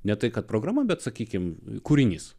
ne tai kad programa bet sakykime kūrinys